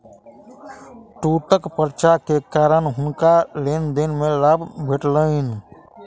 छूटक पर्चा के कारण हुनका लेन देन में लाभ भेटलैन